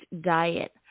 diet